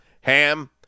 ham